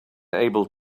able